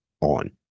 on